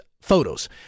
Photos